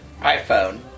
iPhone